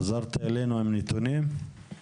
חזרת אלינו עם נתונים?